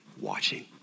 watching